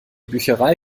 bücherei